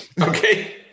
Okay